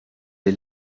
est